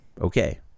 okay